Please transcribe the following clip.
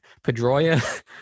Pedroia –